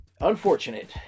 Unfortunate